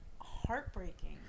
heartbreaking